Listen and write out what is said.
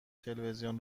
تلویزیون